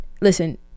listen